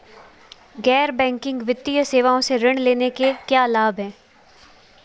गैर बैंकिंग वित्तीय सेवाओं से ऋण लेने के क्या लाभ हैं?